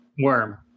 worm